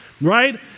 right